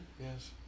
Yes